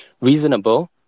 reasonable